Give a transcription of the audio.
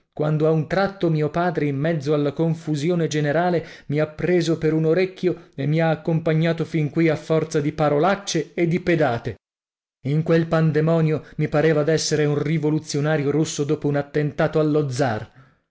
quando a un tratto mio padre in mezzo alla confusione generale mi ha preso per un orecchio e mi ha accompagnato fin qui a forza di parolacce e di pedate in quel pandemonio mi pareva d'essere un rivoluzionario russo dopo un attentato allo zar